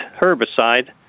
herbicide